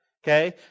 Okay